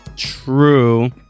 True